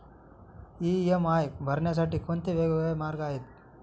EMI भरण्यासाठी कोणते वेगवेगळे मार्ग आहेत?